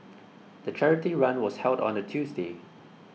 the charity run was held on a Tuesday